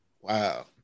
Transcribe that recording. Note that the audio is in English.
Wow